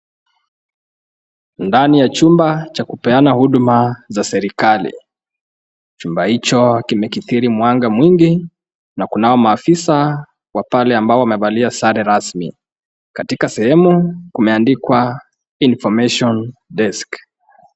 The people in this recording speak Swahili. Ndani ya chumba cha kupeana huduma za serikali, chumba hicho kimekithiri mwanga mwingi na kunao maafisa wa pale ambao wamevalia sare rasmi, katika sehemu kumeandikwa INFORMATION DESK .